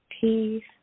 Peace